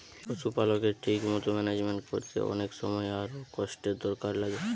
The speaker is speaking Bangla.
পশুপালকের ঠিক মতো ম্যানেজমেন্ট কোরতে অনেক সময় আর কষ্টের দরকার লাগে